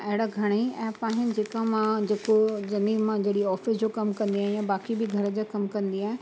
अहिड़ा घणेई एप आहिनि जेका मां जेको जॾहिं मां जॾहिं ऑफ़िस जो कम कंदी आहियां बाक़ी बि घर जा कम कंदी आहियां